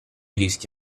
rischi